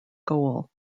goal